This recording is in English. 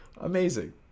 Amazing